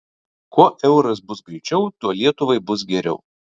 kuo euras bus greičiau tuo lietuvai bus geriau